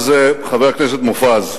אז חבר הכנסת מופז,